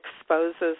exposes